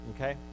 okay